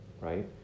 right